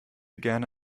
gerne